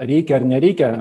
reikia ar nereikia